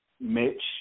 Mitch